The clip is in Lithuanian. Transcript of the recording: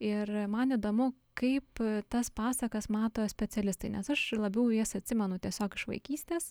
ir man įdomu kaip tas pasakas mato specialistai nes aš labiau jas atsimenu tiesiog iš vaikystės